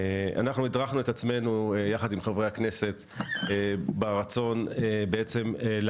אנחנו הטרחנו את עצמנו יחד עם חברי הכנסת ברצון להגשים